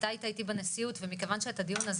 אתה היית איתי בנשיאות ומכיוון שאת הדיון הזה